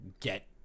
get